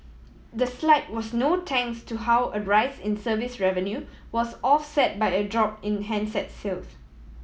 the slide was no thanks to how a rise in service revenue was offset by a drop in handset sales